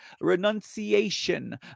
renunciation